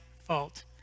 fault